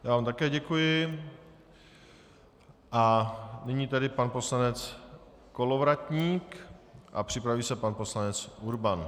Já vám také děkuji a nyní tedy pan poslanec Kolovratník a připraví se pan poslanec Urban.